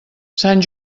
sant